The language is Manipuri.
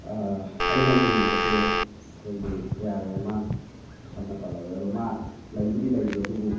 ꯑꯩꯅ ꯑꯣꯏꯅꯤꯡꯕꯁꯦ ꯑꯩꯈꯣꯏꯒꯤ ꯑꯦ ꯑꯥꯔ ꯔꯍꯦꯃꯥꯟ ꯁꯝꯅ ꯄꯜꯂꯕꯗ ꯑꯗꯣ ꯃꯥ ꯂꯩꯕꯨꯗꯤ ꯂꯩꯔꯤ ꯑꯗꯨꯕꯨ